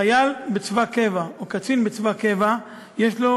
חייל בצבא קבע או קצין בצבא קבע צבר